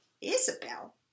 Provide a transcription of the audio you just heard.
Isabel